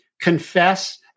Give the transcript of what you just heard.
confess